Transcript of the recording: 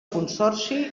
consorci